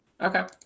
okay